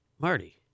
Marty